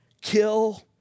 kill